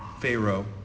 Pharaoh